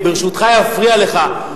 ברשותך אפריע לך,